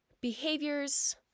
behaviors